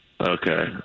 Okay